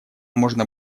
можно